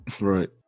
right